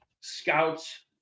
scouts